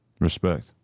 Respect